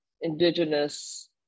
indigenous